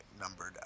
numbered